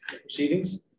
proceedings